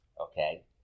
Okay